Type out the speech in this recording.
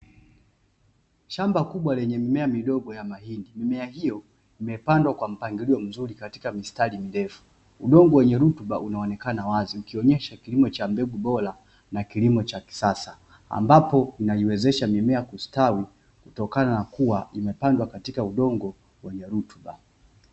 Shamba kubwa lenye mimea midogo ya mahindi, mimea hiyo imepandwa kwa mpangilio mzuri katika mistari mirefu. Udongo wenye rutuba unaonekana wazi, ukionyesha kilimo cha mbegu bora na kilimo cha kisasa, ambapo inaiwezesha mimea kustawi kutokana na kuwa imepandwa katika udongo wenye rutuba.